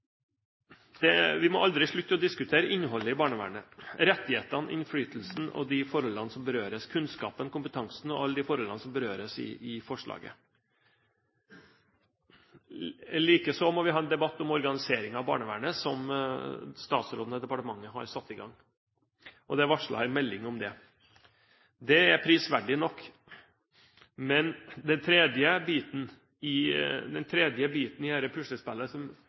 dekning. Vi må aldri slutte å diskutere innholdet i barnevernet: rettighetene, innflytelsen og de forholdene som berøres, kunnskapen, kompetansen og alle de forholdene som berøres i forslaget. Likeså må vi ha en debatt om organisering av barnevernet, som statsråden og departementet har satt i gang. Det er varslet en melding om det. Det er prisverdig nok, men den tredje biten i dette puslespillet